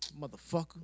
Motherfucker